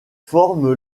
forme